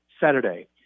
Saturday